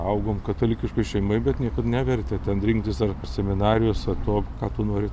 augom katalikiškoj šeimoj bet niekur nevertė ten rinktis ar seminarijos ar to ką tu nori